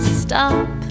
stop